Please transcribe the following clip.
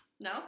No